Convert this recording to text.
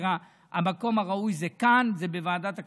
המקום הראוי זה כאן, בוועדת הכספים.